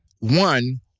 one